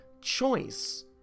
choice